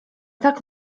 tak